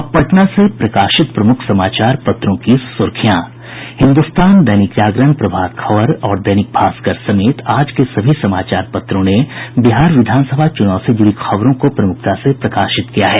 अब पटना से प्रकाशित प्रमुख समाचार पत्रों की सुर्खियां हिन्दुस्तान दैनिक जागरण प्रभात खबर और दैनिक भास्कर समेत आज के सभी समाचार पत्रों ने बिहार विधानसभा चुनाव से जुड़ी खबरों को प्रमुखता से प्रकाशित किया है